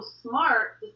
smart